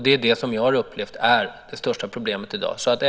Det har jag upplevt som det i dag största problemet.